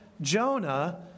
Jonah